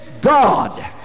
God